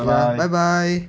ya bye bye